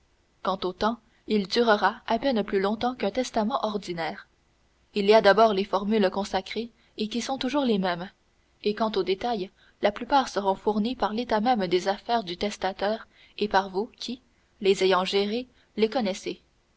quant au temps il durera à peine plus longtemps qu'un testament ordinaire il y a d'abord les formules consacrées et qui sont toujours les mêmes et quant aux détails la plupart seront fournis par l'état même des affaires du testateur et par vous qui les ayant gérées les